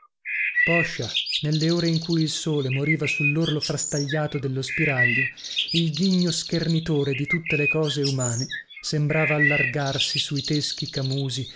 poscia nellore in cui il sole moriva sullorlo frastagliato dello spiraglio il ghigno schernitore di tutte le cose umane sembrava allargarsi sui teschi camusi